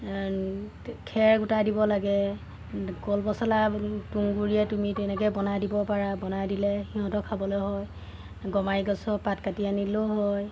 খেৰ গোটাই দিব লাগে কল পছলা তুহগুৰিয়ে তুমি তেনেকে বনাই দিব পাৰা বনাই দিলে সিহঁতক খাবলে হয় গমাৰি গছৰ পাত কাটি আনিলেও হয়